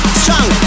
strong